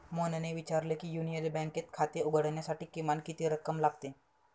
मोहनने विचारले की युनियन बँकेत खाते उघडण्यासाठी किमान किती रक्कम लागते?